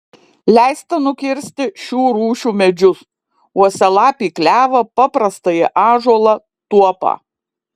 leista nukirsti šių rūšių medžius uosialapį klevą paprastąjį ąžuolą tuopą